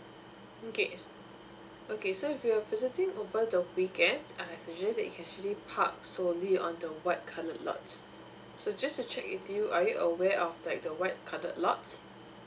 okay okay so if you are visiting over the weekends I suggest that you can actually park solely on the white coloured lots so just to check with you are you aware of like the white coloured lots